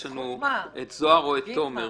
יש לנו את זוהר או את תומר.